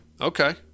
Okay